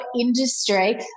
industry